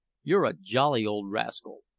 you're a jolly old rascal!